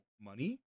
money